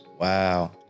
Wow